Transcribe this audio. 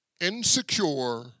insecure